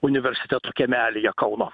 universiteto kiemelyje kauno